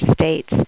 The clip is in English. states